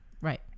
Right